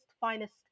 finest